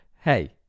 hey